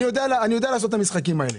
אני יודע לעשות את המשחקים האלה.